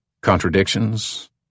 contradictions